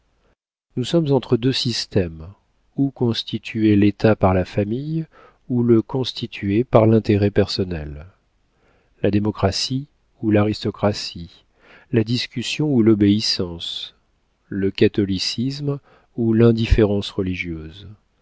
nous sommes entre deux systèmes ou constituer l'état par la famille ou le constituer par l'intérêt personnel la démocratie ou l'aristocratie la discussion ou l'obéissance le catholicisme ou l'indifférence religieuse